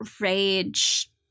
rage-